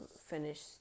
finish